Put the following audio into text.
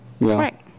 Right